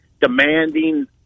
demanding